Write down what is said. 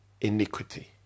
iniquity